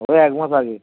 ওই এক মাস আগে